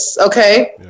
okay